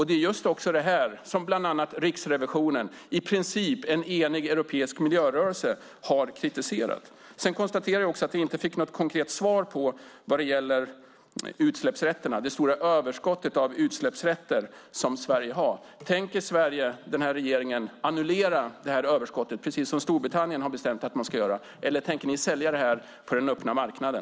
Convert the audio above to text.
Det är just detta som bland annat Riksrevisionen och i princip en enig europeisk miljörörelse har kritiserat. Sedan konstaterar jag också att vi inte fick något konkret svar vad gäller det stora överskottet av utsläppsrätter som Sverige har. Tänker Sverige och denna regering annullera överskottet precis som Storbritannien har bestämt sig för att göra, eller tänker ni sälja detta på den öppna marknaden?